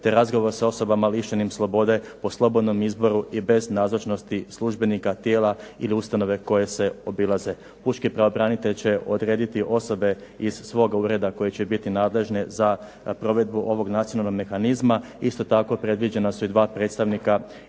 te razgovor sa osobama lišenih slobode po slobodnom izboru i bez nazočnosti službenika tijela ili ustanove koje se obilaze. Pučki pravobranitelj će odrediti osobe iz svog ureda koje će biti nadležne za provedbu ovog nacionalnog mehanizma, isto tako predviđena su dva predstavnika